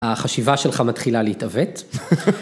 החשיבה שלך מתחילה להתעוות.